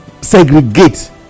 segregate